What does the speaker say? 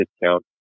discount